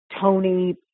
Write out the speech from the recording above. Tony